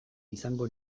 izango